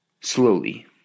slowly